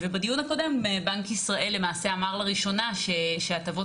בדיון הקודם בנק ישראל למעשה אמר לראשונה שהטבות